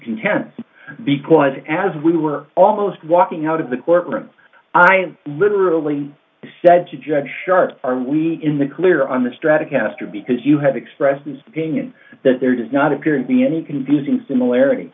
contents because as we were almost walking out of the courtroom i literally said to judge sharp are we in the clear on the strata caster because you have expressed an opinion that there does not appear to be any confusing similarit